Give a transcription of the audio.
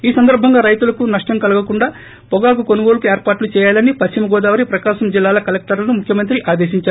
ఈ సందర్భంగా రైతులకు నష్లం కలగకుండా పొగాకు కొనుగోలుకు ఏర్పాట్లు చేయాలని పశ్చిమ గోదావరి ప్రకాశం జిల్లాల కలెక్టర్లను ముఖ్యమంత్రి ఆదేశించారు